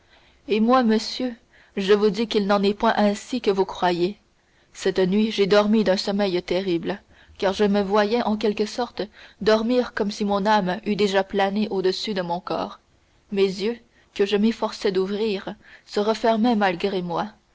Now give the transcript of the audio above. et moi monsieur je vous dis qu'il n'en est point ainsi que vous croyez cette nuit j'ai dormi d'un sommeil terrible car je me voyais en quelque sorte dormir comme si mon âme eût déjà plané au-dessus de mon corps mes yeux que je m'efforçais d'ouvrir se refermaient malgré moi